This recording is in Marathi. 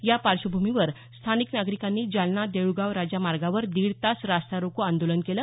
या प्रार्श्वभूमीवर स्थानिक नागरिकांनी जालना देऊळगावराजा मार्गावर दीड तास रास्तारोको आंदोलन केलं